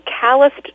calloused